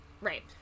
right